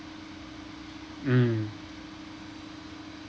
mm